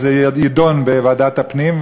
אז זה יידון בוועדת הפנים,